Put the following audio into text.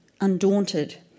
undaunted